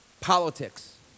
politics